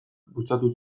bultzatu